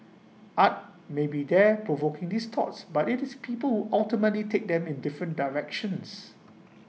art may be there provoking these thoughts but IT is people who ultimately take them in different directions